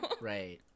Right